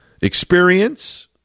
experience